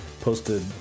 posted